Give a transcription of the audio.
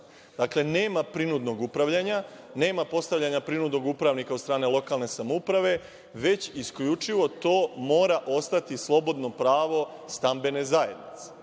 Dakle, nema prinudnog upravljanja, nema postavljanja prinudnog upravnika od strane lokalne samouprave, već isključivo to mora ostati slobodno pravo stambene zajednice. Nama